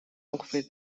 ongeveer